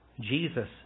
Jesus